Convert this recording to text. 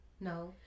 no